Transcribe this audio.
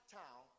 town